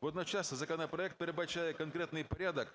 Водночас законопроект передбачає конкретний порядок